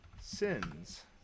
sins